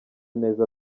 neza